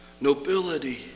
nobility